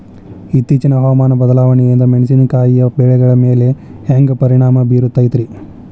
ಇತ್ತೇಚಿನ ಹವಾಮಾನ ಬದಲಾವಣೆಯಿಂದ ಮೆಣಸಿನಕಾಯಿಯ ಬೆಳೆಗಳ ಮ್ಯಾಲೆ ಹ್ಯಾಂಗ ಪರಿಣಾಮ ಬೇರುತ್ತೈತರೇ?